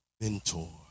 Mentor